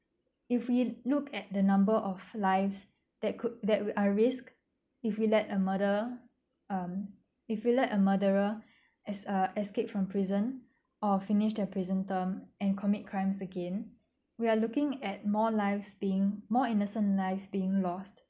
if we look at the number of lives that could that would at risk if we let a murder um if we let a murderer es~ uh escape from prison or finish their prison term and commit crimes again we are looking at more lives being more innocent lives being lost